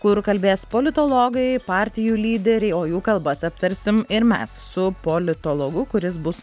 kur kalbės politologai partijų lyderiai o jų kalbas aptarsim ir mes su politologu kuris bus